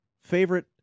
favorite